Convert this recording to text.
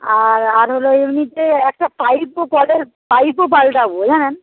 আর আর হল এমনিতে একটা পাইপও কলের পাইপও পালটাব জানেন